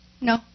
No